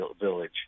village